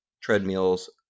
treadmills